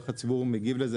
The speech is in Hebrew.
איך הציבור מגיב לזה,